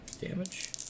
Damage